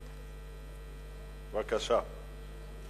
בבקשה.